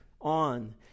on